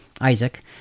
Isaac